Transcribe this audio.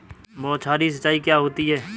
बौछारी सिंचाई क्या होती है?